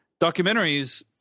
documentaries